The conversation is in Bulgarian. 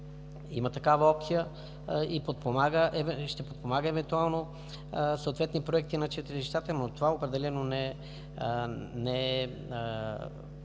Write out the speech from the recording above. има такава опция и ще подпомага евентуално съответни проекти на читалищата, но това определено не е